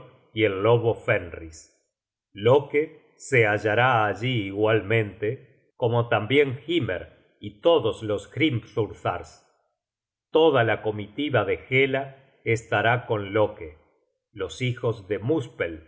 y el lobo fenris loke se hallará allí igualmente como tambien hymer y todos los hrimthursars toda la comitiva de hela estará con loke los hijos de